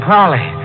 Polly